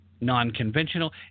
non-conventional